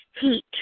heat